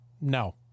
No